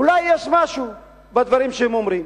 אולי יש משהו בדברים שהם אומרים.